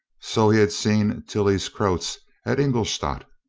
so he had seen tilly's croats at ingolstadt.